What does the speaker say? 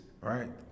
right